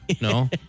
no